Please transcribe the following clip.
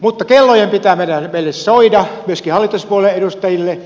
mutta kellojen pitää meille soida myöskin hallituspuolueen edustajille